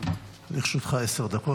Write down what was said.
דקות.